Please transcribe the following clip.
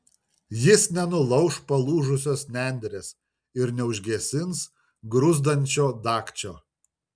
jis nenulauš palūžusios nendrės ir neužgesins gruzdančio dagčio